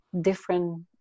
different